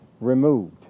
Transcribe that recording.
removed